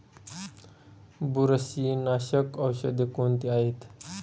बुरशीनाशक औषधे कोणती आहेत?